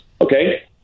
Okay